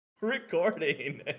recording